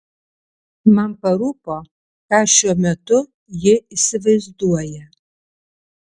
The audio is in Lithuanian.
man parūpo ką šiuo metu ji įsivaizduoja